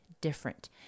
different